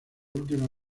última